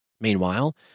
Meanwhile